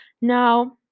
Now